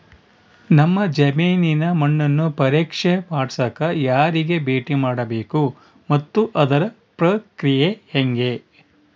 ನಮ್ಮ ಜಮೇನಿನ ಮಣ್ಣನ್ನು ಪರೇಕ್ಷೆ ಮಾಡ್ಸಕ ಯಾರಿಗೆ ಭೇಟಿ ಮಾಡಬೇಕು ಮತ್ತು ಅದರ ಪ್ರಕ್ರಿಯೆ ಹೆಂಗೆ?